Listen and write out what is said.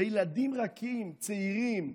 בילדים רכים, צעירים,